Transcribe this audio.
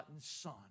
son